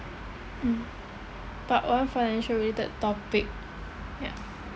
um part one financial related topic ya